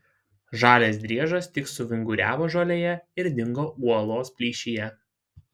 žalias driežas tik suvinguriavo žolėje ir dingo uolos plyšyje